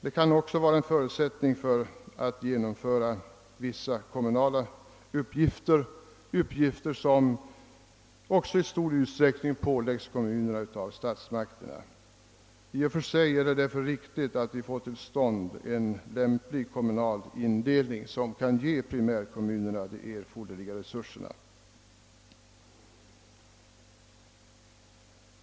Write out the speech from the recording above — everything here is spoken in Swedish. Detta kan också vara en förutsättning för genomförandet av vissa kommunala uppgifter som i stor utsträckning påläggs kommunerna av statsmakterna. Det är i och för sig riktigt att vi får till stånd en lämplig kommunal indelning som kan ge primärkommunerna erforderliga resurser.